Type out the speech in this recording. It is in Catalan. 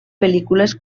pel·lícules